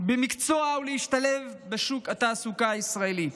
במקצוע ולהשתלב בשוק התעסוקה הישראלי.